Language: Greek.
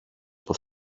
πως